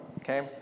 okay